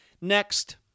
Next